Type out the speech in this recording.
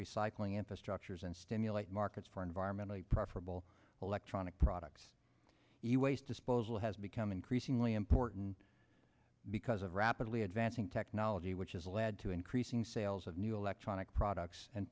recycling infrastructures and stimulate markets for environmentally preferable electronic products waste disposal has become increasingly important because of rapidly advancing technology which has led to increasing sales of new electronic products